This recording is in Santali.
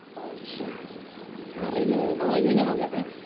ᱟᱪᱪᱷᱟ ᱟᱨ ᱤᱭᱟᱹ ᱱᱚᱜᱼᱚᱭ ᱤᱭᱟᱹ ᱧᱟᱢᱚᱜ ᱜᱮᱭᱟ ᱥᱮ